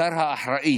השר האחראי